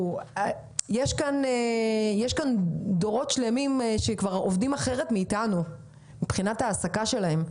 יש כאן דורות שלמים שעובדים אחרת מאיתנו מבחינת ההעסקה שלהם,